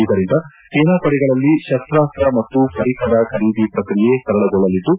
ಇದರಿಂದ ಸೇನಾಪಡೆಗಳಲ್ಲಿ ಶಸ್ತ್ರಾಸ್ತ ಮತ್ತು ಪರಿಕರ ಖರೀದಿ ಪ್ರಕ್ರಿಯೆ ಸರಳಗೊಳ್ಳಲಿದ್ದು